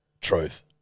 Truth